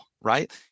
right